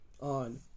on